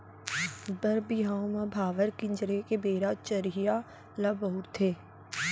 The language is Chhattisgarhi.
बर बिहाव म भांवर किंजरे के बेरा चरिहा ल बउरथे